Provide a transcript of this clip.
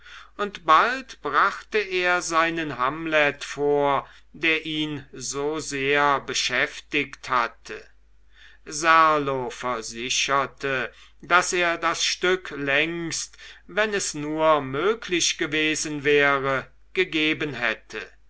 und bald brachte er seinen hamlet vor der ihn so sehr beschäftigt hatte serlo versicherte daß er das stück längst wenn es nur möglich gewesen wäre gegeben hätte